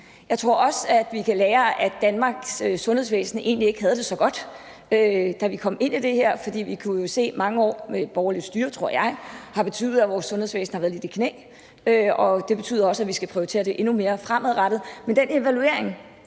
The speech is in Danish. Jeg tror også, at vi kan lære, at Danmarks sundhedsvæsen egentlig ikke havde det så godt, da vi kom ind i det her, for vi kunne se, at mange år med borgerligt styre – tror jeg – har betydet, at vores sundhedsvæsen har været lidt i knæ, og det betyder også, at vi skal prioritere det endnu mere fremadrettet. Men den evaluering